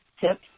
tips